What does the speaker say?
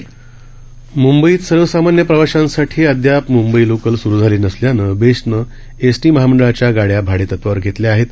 म्ंबईतसर्वसामान्यप्रवाशांसाठीअद्यापम्ंबईलोकलस्रुझालेलीनसल्यानंबेस्टनंएसटीमहामंडळाच्यागाड्या भाडेतत्वावरघेतल्याआहेत